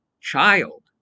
child